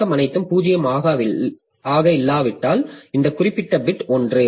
உள்ளடக்கம் அனைத்தும் 0 ஆக இல்லாவிட்டால் இந்த குறிப்பு பிட் 1